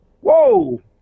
Whoa